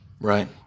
Right